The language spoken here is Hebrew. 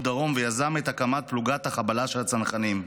דרום ויזם את הקמת פלוגת החבלה של הצנחנים".